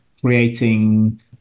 creating